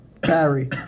Barry